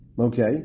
Okay